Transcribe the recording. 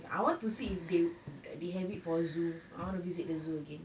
I want to see if they w~ they have it for zoo I wanna visit the zoo again